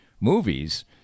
movies